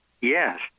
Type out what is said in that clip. Yes